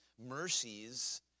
Mercies